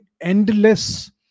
endless